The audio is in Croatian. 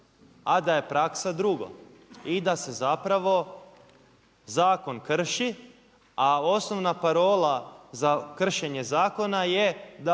a da je praksa drugo i da se zapravo zakon krši a osnovna parola za kršenje zakona je da